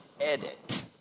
edit